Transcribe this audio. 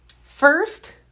first